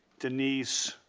denise